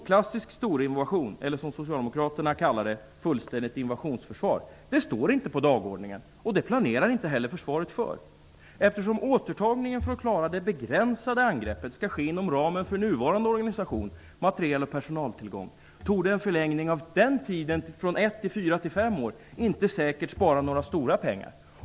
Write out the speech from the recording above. Klassisk storinvasion -- eller ett fullständigt invasionsförsvar, som Socialdemokraterna kallar det här för -- står inte på dagordningen, och försvaret planerar inte heller för detta. Eftersom återtagningen för att klara ett begränsat angrepp skall ske inom ramen för nuvarande organisation och materiel och personaltillgång torde en förlängning av tiden, från ett år till fyra fem år, inte säkert spara stora pengar.